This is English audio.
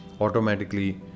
automatically